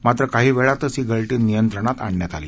मात्र काही वेळातच ही गळती नियंत्रणात आणण्यात आली